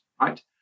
right